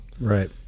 Right